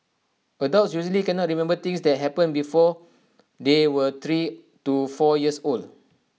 adults usually cannot remember things that happened before they were three to four years old